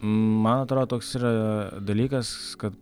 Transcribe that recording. man atrodo toks yra dalykas kad